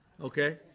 okay